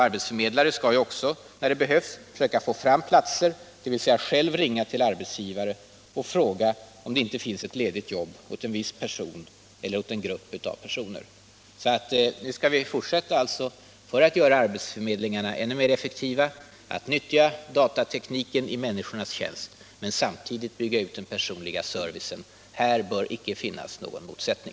Arbetsförmedlare skall också, när det behövs, söka få fram platser, dvs. själv ringa till arbetsgivare och fråga om det finns ett ledigt jobb åt en viss person eller åt en grupp av personer. Nu skall vi alltså fortsätta, för att göra arbetsförmedlingarna ännu mer effektiva, att utnyttja datatekniken i människornas tjänst — men samtidigt bygga ut den personliga servicen. Här bör icke finnas någon motsättning.